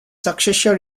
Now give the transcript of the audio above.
successor